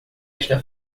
esta